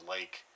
Lake